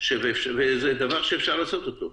וזה דבר שאפשר לעשות אותו,